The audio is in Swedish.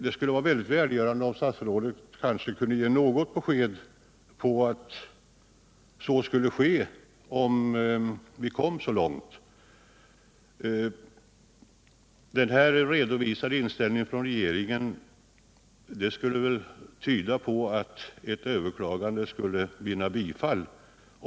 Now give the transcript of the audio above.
Det skulle vara välgörande om statsrådet kunde ge något besked om att så skulle ske om vi kom så långt. Den här redovisade inställningen från regeringen skulle väl tyda på att ett överklagande skulle vinna bifall.